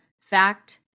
fact